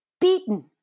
beaten